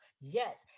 Yes